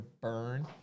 burn